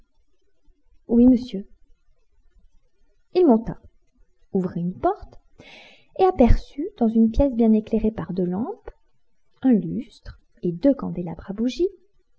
oui monsieur il monta ouvrit une porte et aperçut dans une pièce bien éclairée par deux lampes un lustre et deux candélabres à bougies